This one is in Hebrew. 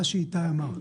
מה שאיתי אמר.